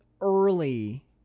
early